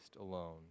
alone